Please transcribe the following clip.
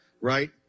right